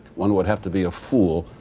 one would have to be a fool